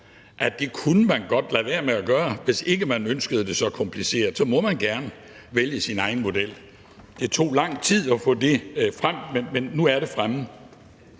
godt kunne lade være med at gøre det, og hvis ikke man ønskede det så kompliceret, så måtte man gerne vælge sin egen model. Det tog lang tid at få det frem, men nu er det fremme.